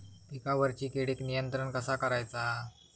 पिकावरची किडीक नियंत्रण कसा करायचा?